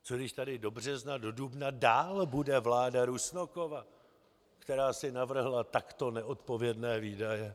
Co když tady do března, do dubna dál bude vláda Rusnokova, která si navrhla takto neodpovědné výdaje?